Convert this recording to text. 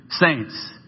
saints